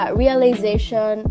realization